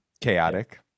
chaotic